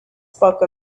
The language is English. spoke